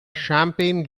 champagne